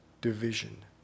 division